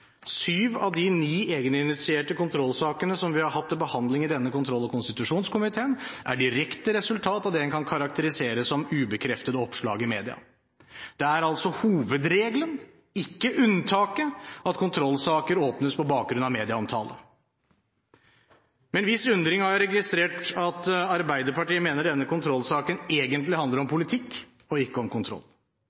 Syv av de ni egeninitierte kontrollsakene som vi har hatt til behandling i denne kontroll- og konstitusjonskomiteen, er direkte resultat av det en kan karakterisere som ubekreftede oppslag i media. Det er altså hovedregelen, ikke unntaket, at kontrollsaker åpnes på bakgrunn av medieomtale. Med en viss undring har jeg registrert at Arbeiderpartiet mener at denne kontrollsaken egentlig handler om politikk, og ikke om kontroll.